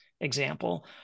example